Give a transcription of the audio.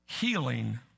Healing